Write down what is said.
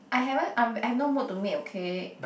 I haven't I'm I'm no mood to make okay